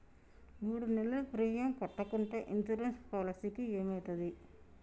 మూడు నెలలు ప్రీమియం కట్టకుంటే ఇన్సూరెన్స్ పాలసీకి ఏమైతది?